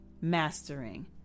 mastering